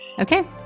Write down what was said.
Okay